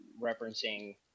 referencing